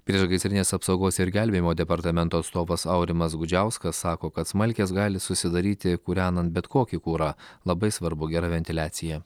priešgaisrinės apsaugos ir gelbėjimo departamento atstovas aurimas gudžiauskas sako kad smalkės gali susidaryti kūrenant bet kokį kurą labai svarbu gera ventiliacija